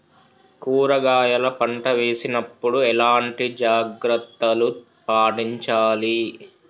కూరగాయల పంట వేసినప్పుడు ఎలాంటి జాగ్రత్తలు పాటించాలి?